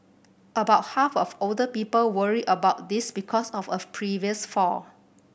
about half of older people worry about this because of a previous fall